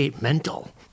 mental